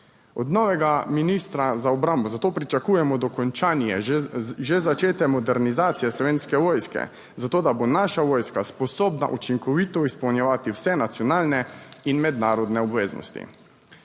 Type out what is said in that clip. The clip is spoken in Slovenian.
Od novega ministra za obrambo, zato pričakujemo dokončanje že začete modernizacije Slovenske vojske, zato da bo naša vojska sposobna učinkovito izpolnjevati vse nacionalne in mednarodne obveznosti.